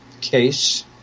case